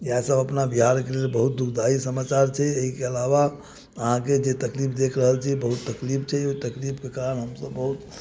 इएहसभ अपना बिहारके लेल बहुत दुःखदायी समाचार छै एहिके अलावा अहाँके जे तकलीफ देख रहल छी बहुत तकलीफ छै ओइ तकलीफके कारण हमसभ बहुत